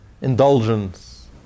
indulgence